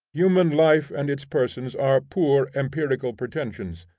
human life and its persons are poor empirical pretensions.